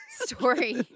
Story